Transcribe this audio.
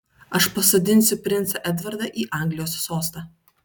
aš pasodinsiu princą edvardą į anglijos sostą